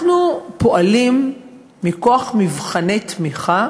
אנחנו פועלים מכוח מבחני תמיכה